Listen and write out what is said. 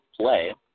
play